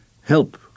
Help